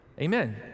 Amen